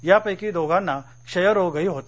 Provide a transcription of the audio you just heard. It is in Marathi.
यापेकी दोघांना क्षयरोही होता